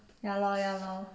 ya lor ya lor